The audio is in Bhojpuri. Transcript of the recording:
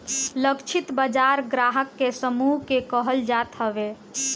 लक्षित बाजार ग्राहक के समूह के कहल जात हवे